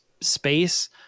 space